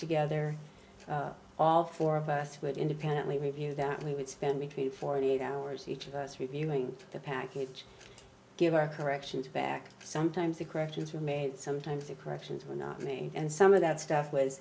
together all four of us would independently review that we would spend between forty eight hours each of us reviewing the package give our corrections back sometimes the corrections were made sometimes the corrections were nothing and some of that stuff was